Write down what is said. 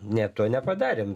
ne to nepadarėm